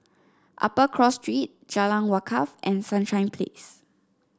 Upper Cross Street Jalan Wakaff and Sunshine Place